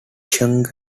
cheung